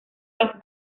los